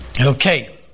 Okay